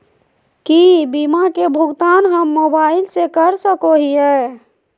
की बीमा के भुगतान हम मोबाइल से कर सको हियै?